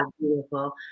beautiful